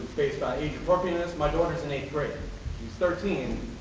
age appropriateness, my daughter's in eighth grade. she's thirteen,